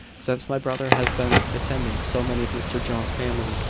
since my brother has been attending so many of mr jones's family,